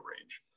range